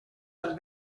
del